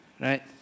right